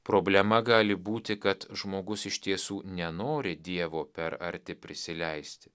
problema gali būti kad žmogus iš tiesų nenori dievo per arti prisileisti